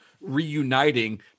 reuniting